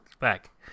back